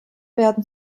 werden